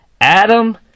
Adam